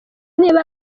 niba